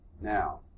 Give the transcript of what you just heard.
Now